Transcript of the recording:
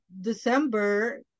december